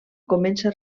comença